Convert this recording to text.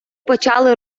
почали